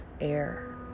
air